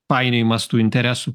painiojimas tų interesų